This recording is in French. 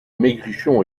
maigrichon